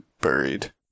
buried